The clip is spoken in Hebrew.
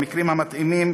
במקרים המתאימים,